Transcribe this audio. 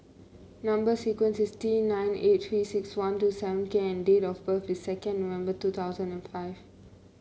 number sequence is T nine eight Three six one two seven K and date of birth is second November two thousand and five